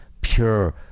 pure